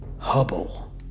hubble